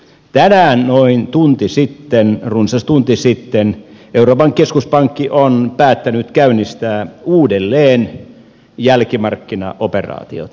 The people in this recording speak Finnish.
tänään noin tunti sitten runsas tunti sitten euroopan keskuspankki on päättänyt käynnistää uudelleen jälkimarkkinaoperaatiot